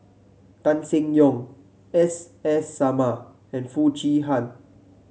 Tan Seng Yong S S Sarma and Foo Chee Han